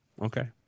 Okay